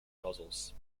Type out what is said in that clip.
nozzles